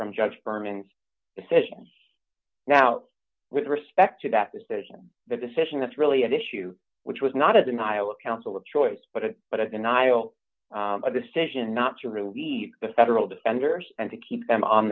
from judge berman's decision now with respect to that decision the decision that's really at issue which was not a denial of counsel of choice but a but again i owe a decision not to relieve the federal defenders and to keep them on